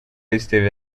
esteve